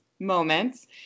Moments